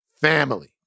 family